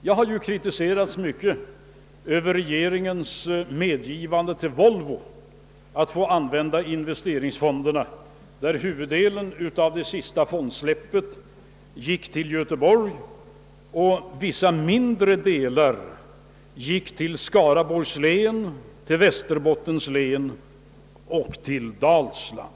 Jag har ju kritiserats mycket för regeringens medgivande till Volvo att få använda investeringsfonderna, där huvuddelen av det sista av våra utsläpp gick till Göteborg medan bara mindre delar gick till Skaraborgs län, till Västerbottens län och till Dalsland.